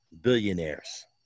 billionaires